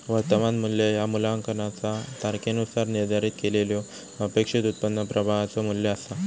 वर्तमान मू्ल्य ह्या मूल्यांकनाचा तारखेनुसार निर्धारित केलेल्यो अपेक्षित उत्पन्न प्रवाहाचो मू्ल्य असा